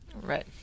Right